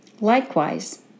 Likewise